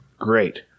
Great